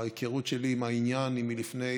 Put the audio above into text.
ההיכרות שלי עם העניין היא מלפני